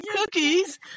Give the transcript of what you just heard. cookies